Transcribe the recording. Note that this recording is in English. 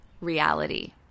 reality